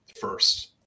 first